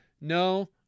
no